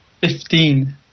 Fifteen